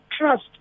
trust